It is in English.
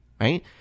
Right